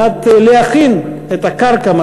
כדי להכין את הקרקע,